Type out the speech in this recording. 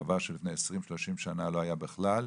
דבר שלפני עשרים, שלושים שנה לא היה בכלל,